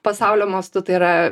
pasaulio mastu tai yra